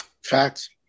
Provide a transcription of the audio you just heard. Facts